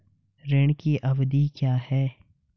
ऋण की अवधि क्या है?